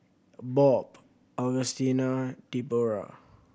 Bob Augustina Debora